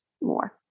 more